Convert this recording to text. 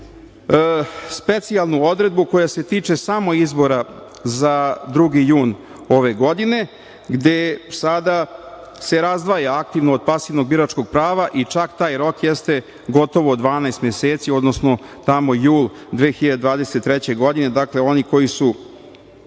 specijalnu odredbu koja se tiče samo izbora za 2. jun ove godine, gde sada se razdvaja aktivno od pasivnog biračkog prava i čak taj rok jeste gotovo 12 meseci, odnosno, tamo jul 2023. godine. Dakle, oni koji su